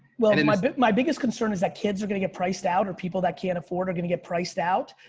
well and my my biggest concern is that kids are gonna get priced out or people that can't afford are gonna get priced out.